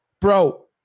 bro